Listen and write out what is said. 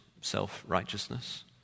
self-righteousness